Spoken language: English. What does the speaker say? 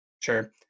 Sure